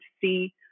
see